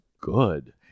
good